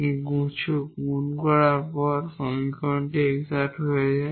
কিন্তু গুণ করার পরে সমীকরণটি এক্সাট হয়ে যায়